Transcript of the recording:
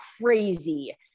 crazy